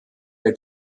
der